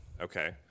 Okay